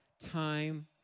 time